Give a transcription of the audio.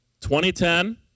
2010